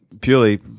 purely